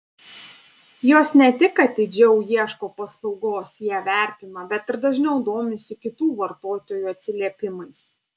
jos ne tik atidžiau ieško paslaugos ją vertina bet ir dažniau domisi kitų vartotojų atsiliepimais